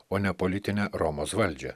o ne politinę romos valdžią